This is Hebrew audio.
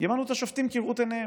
ימנו את השופטים כראות עיניהם.